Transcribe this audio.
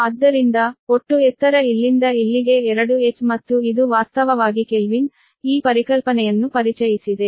ಆದ್ದರಿಂದ ಒಟ್ಟು ಎತ್ತರ ಇಲ್ಲಿಂದ ಇಲ್ಲಿಗೆ 2 h ಮತ್ತು ಇದು ವಾಸ್ತವವಾಗಿ ಕೆಲ್ವಿನ್ ಈ ಪರಿಕಲ್ಪನೆಯನ್ನು ಪರಿಚಯಿಸಿದೆ